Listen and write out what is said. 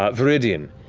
um viridian,